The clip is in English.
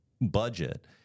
budget